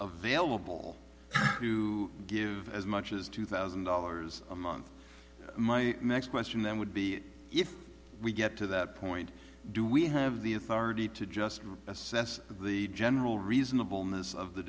vailable who give as much as two thousand dollars a month my next question then would be if we get to that point do we have the authority to just assess the general reasonable miss of the